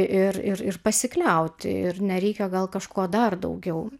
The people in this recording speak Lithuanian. ir ir ir pasikliauti ir nereikia gal kažko dar daugiau